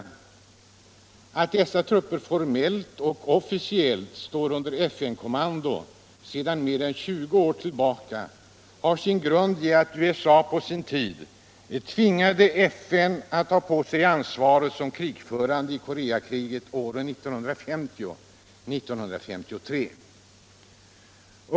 Att dessa trupper formellt och officiellt står under FN-kommando sedan mer än 20 år tillbaka har sin grund i att USA på sin tid tvingade FN att ta på sig ansvaret som krigförande i Korcakriget åren 1950-1953.